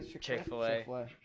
Chick-fil-A